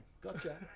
gotcha